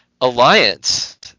alliance